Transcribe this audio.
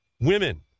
women